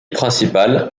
principale